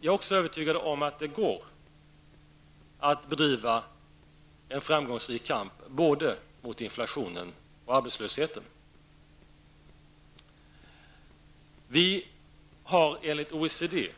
Jag är övertygad om att det går att bedriva en framgångsrik kamp mot både inflationen och arbetslösheten. Vi har enligt OECD,